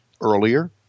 earlier